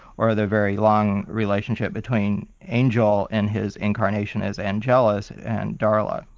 or the very long relationship between angel and his incarnation as angelis and darla.